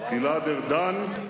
גלעד ארדן,